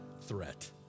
threat